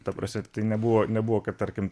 ta prasme tai nebuvo nebuvo kad tarkim